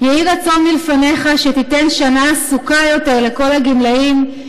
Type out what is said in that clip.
// יהי רצון מלפניך שתיתן שנה עסוקה יותר לכל הגמלאים,